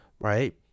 Right